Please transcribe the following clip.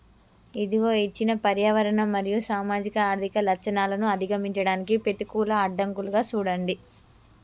ఇదిగో ఇచ్చిన పర్యావరణ మరియు సామాజిక ఆర్థిక లచ్చణాలను అధిగమించడానికి పెతికూల అడ్డంకులుగా సూడండి